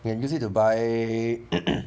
you can use it to buy